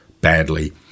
badly